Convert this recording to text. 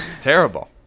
terrible